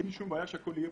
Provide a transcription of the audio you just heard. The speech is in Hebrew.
אין בעיה שהכול יהיה